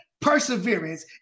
perseverance